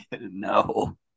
No